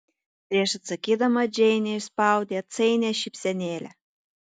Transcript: prieš atsakydama džeinė išspaudė atsainią šypsenėlę